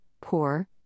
poor